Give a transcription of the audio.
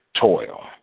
toil